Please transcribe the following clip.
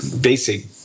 basic